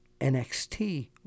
NXT